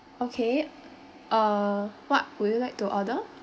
okay uh what would you like to order